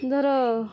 ଧର